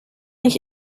ich